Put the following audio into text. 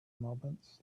moments